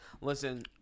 Listen